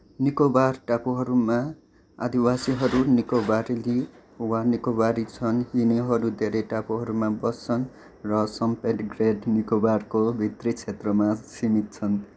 निकोबार टापुहरूमा आदिवासीहरू निकोबारेली वा निकोबारी छन् यिनीहरू धेरै टापुहरूमा बस्छन् र सोम्पेन ग्रेट निकोबारको भित्री क्षेत्रमा सीमित छन्